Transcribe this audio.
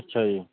ਅੱਛਾ ਜੀ